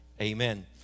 amen